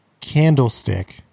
candlestick